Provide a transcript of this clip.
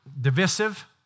divisive